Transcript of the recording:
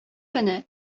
көне